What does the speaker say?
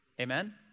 Amen